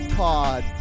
pod